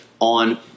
on